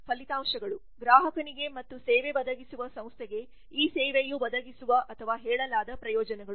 ಫಲಿತಾಂಶಗಳು ಗ್ರಾಹಕನಿಗೆ ಮತ್ತು ಸೇವೆ ಒದಗಿಸುವ ಸಂಸ್ಥೆಗೆ ಈ ಸೇವೆಯು ಒದಗಿಸುವ ಅಥವಾ ಹೇಳಲಾದ ಪ್ರಯೋಜನಗಳು